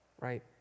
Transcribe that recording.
right